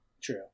True